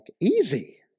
easy